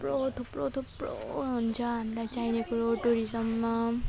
थुप्रो थुप्रो थुप्रो हुन्छ हामीलाई चाहिने कुरो टुरिज्ममा